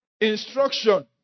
instruction